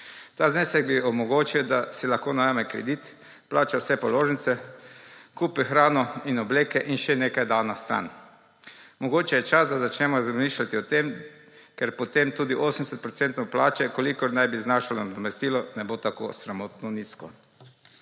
Ta znesek bi omogočil, da si lahko najame kredit, plača vse položnice, kupi hrano in obleke in še nekaj da na stran. Mogoče je čas, da začnemo razmišljati o tem, ker potem tudi 80 procentov plače, kolikor naj bi znašalo nadomestilo, ne bo tako sramotno nizko.